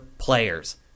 players